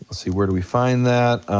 see, where do we find that.